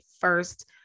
first